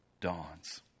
dawns